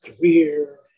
career